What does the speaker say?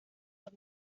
los